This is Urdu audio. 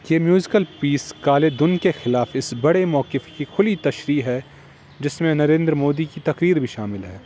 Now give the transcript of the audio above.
یہ میوزیکل پیس کالے دھن کے خلاف اس بڑے موقف کی کھلی تشریح ہے جس میں نریندر مودی کی تقریر بھی شامل ہے